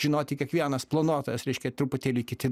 žinoti kiekvienas planuotojas reiškia truputėlį kiti